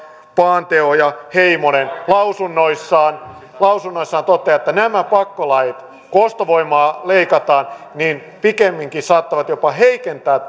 paanetoja heimonen lausunnoissaan lausunnoissaan toteavat että nämä pakkolait kun ostovoimaa leikataan pikemminkin saattavat jopa heikentää